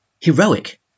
heroic